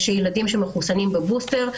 ילדים שמחוסנים בבוסטר,